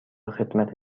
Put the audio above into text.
خدمت